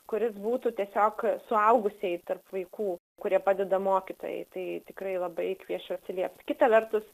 kuris būtų tiesiog suaugusieji tarp vaikų kurie padeda mokytojai tai tikrai labai kviesčiau atsiliepti kita vertus